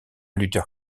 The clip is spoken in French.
luther